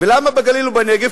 ולמה בגליל או בנגב?